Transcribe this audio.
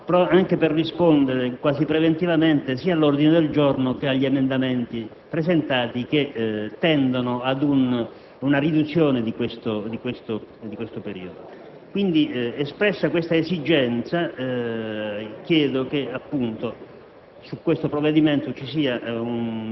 relativa. Dico questo anche per rispondere, quasi preventivamente, sia all'ordine del giorno che agli emendamenti presentati, che tendono ad una riduzione di questo termine. Espressa questa esigenza, chiedo che il